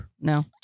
no